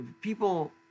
people